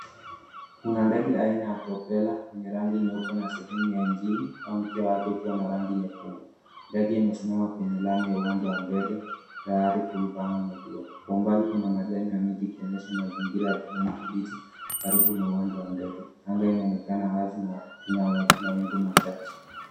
Kuna ndege ya aina ya propeller yenye rangi nyeupe na sehemu ya injini au mkia wake ikiwa na rangi nyekundu. Ndege imesimama kwenye lami ya uwanja wa ndege tayari kuruka au imetua kw mbali kuna matawi ya miti ikionyesha mazingira ya kijani kibichi karibu na uwanja wa ndege. Anga inaonekana wazi na mawingu machache.